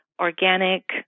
organic